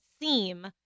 seem